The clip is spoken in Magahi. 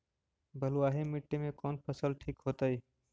बलुआही मिट्टी में कौन फसल ठिक होतइ?